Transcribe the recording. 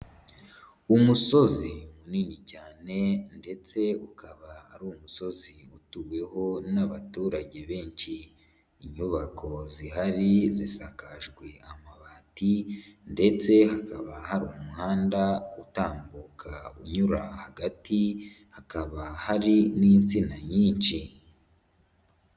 Umusozi munini cyane ndetse ukaba ari umusozi utuweho n'abaturage benshi, inyubako zihari zisakajwe amabati ndetse hakaba hari umuhanda utambuka unyura hagati, hakaba hari n'insina nyinshi.